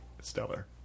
stellar